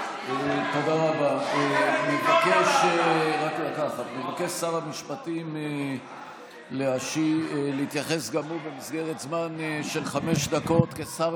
ואני קורא לחברי הכנסת להתעשת ברגע האחרון ולהגן על